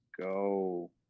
go